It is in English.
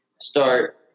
start